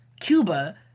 Cuba